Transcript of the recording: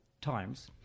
times